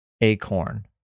acorn